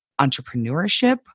entrepreneurship